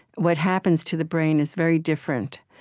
what happens to the brain is very different